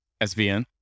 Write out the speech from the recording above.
SVN